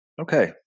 Okay